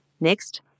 Next